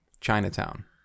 Chinatown